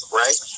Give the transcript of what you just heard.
right